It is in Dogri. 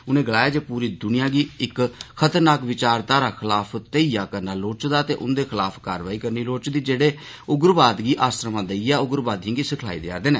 उनें गलाया जे पूरी दुनिया गी इस खतरनाक विचारघारा खलाफ घेईयां करना लोड़चदा ते उन्दे खलाफ कारवाई करनी लोड़चदी जेहड़े उग्रवाद गी आसरमां देईयै उग्रवादियें गी सिखलाई देआ'रदे न